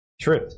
truth